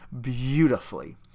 beautifully